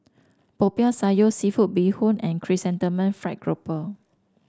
Popiah Sayur seafood Bee Hoon and Chrysanthemum Fried Grouper